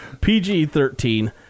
PG-13